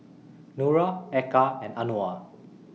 Nura Eka and Anuar